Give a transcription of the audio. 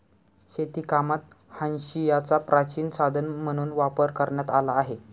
शेतीकामात हांशियाचा प्राचीन साधन म्हणून वापर करण्यात आला आहे